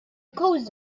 coast